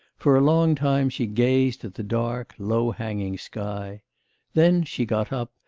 for a long time she gazed at the dark, low-hanging sky then she got up,